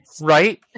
right